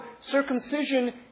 circumcision